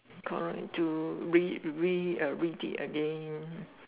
correct to read read it a read it again